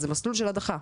זה מסלול של הדחה.